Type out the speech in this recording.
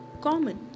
common